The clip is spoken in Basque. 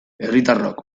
herritarrok